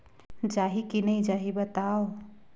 जाही की नइ जाही बताव?